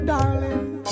Darling